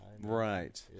Right